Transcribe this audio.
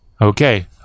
Okay